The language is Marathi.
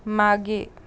मागे